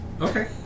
Okay